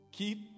Keep